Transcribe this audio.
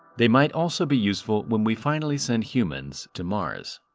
they might also be useful when we finally send humans to mars.